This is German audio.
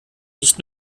nicht